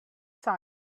site